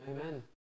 Amen